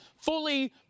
fully